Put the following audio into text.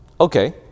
Okay